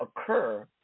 occur